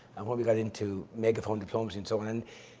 and when we got into megaphone diplomacy and so on,